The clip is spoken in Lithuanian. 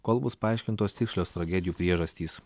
kol bus paaiškintos tikslios tragedijų priežastys